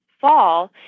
fall